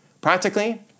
Practically